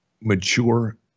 mature